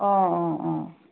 অঁ অঁ অঁ